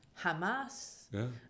hamas